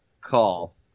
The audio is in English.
call